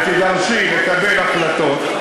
ותידרשי לקבל החלטות,